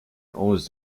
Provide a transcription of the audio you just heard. owns